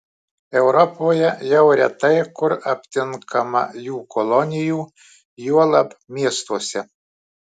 europoje jau retai kur aptinkama jų kolonijų juolab miestuose